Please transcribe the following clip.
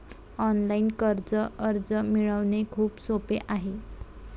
online कर्ज अर्ज मिळवणे खूप सोपे आहे